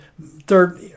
third